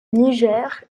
niger